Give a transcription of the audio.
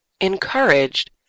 encouraged